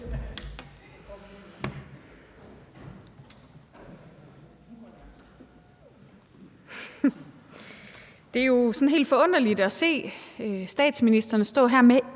Det er jo sådan helt forunderligt at se statsministeren stå her med